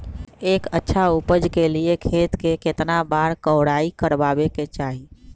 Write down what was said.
एक अच्छा उपज के लिए खेत के केतना बार कओराई करबआबे के चाहि?